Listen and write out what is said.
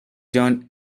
john